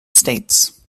states